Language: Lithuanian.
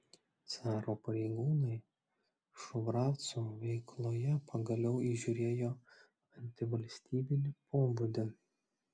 caro pareigūnai šubravcų veikloje pagaliau įžiūrėjo antivalstybinį pobūdį